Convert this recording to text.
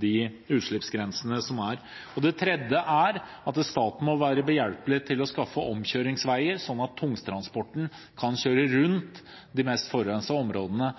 de utslippsgrensene som er. Det tredje er at staten må være behjelpelig med å skaffe omkjøringsveier, sånn at tungtransporten kan kjøre rundt de mest forurensede områdene